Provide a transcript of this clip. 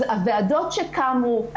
אז הוועדות שקמו,